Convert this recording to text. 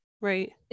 Right